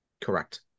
Correct